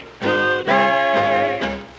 today